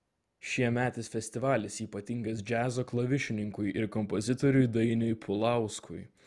šiemetis festivalis ypatingas džiazo klavišininkui ir kompozitoriui dainiui pulauskui